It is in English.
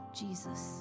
jesus